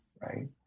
right